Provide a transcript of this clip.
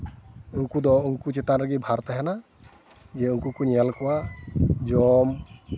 ᱩᱱᱠᱩ ᱫᱚ ᱩᱱᱠᱩ ᱪᱮᱛᱟᱱ ᱨᱮᱜᱮ ᱵᱷᱟᱨ ᱛᱟᱦᱮᱱᱟ ᱡᱮ ᱩᱱᱠᱩ ᱠᱚ ᱧᱮᱞ ᱠᱚᱣᱟ ᱡᱚᱢ